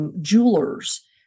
jewelers